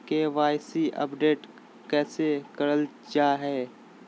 KYC update कैसे करल जाहै?